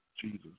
Jesus